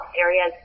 areas